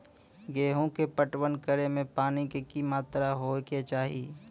गेहूँ के पटवन करै मे पानी के कि मात्रा होय केचाही?